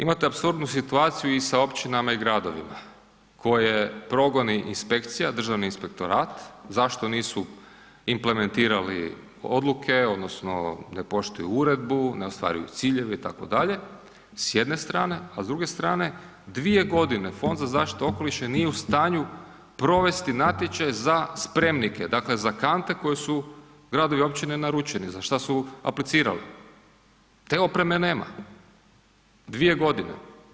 Imate apsurdnu situaciju i sa općinama i gradovima koje progoni inspekcija, Državni inspektorat, zašto nisu implementirali odluke odnosno ne poštuju uredbu, ne ostvaruju ciljeve itd. s jedne strane, a s druge strane dvije godine Fond za zaštitu okoliša nije u stanju provesti natječaj za spremnike, dakle za kante koje su gradovi i općine naručeni za šta su aplicirali, te opreme nema dvije godine.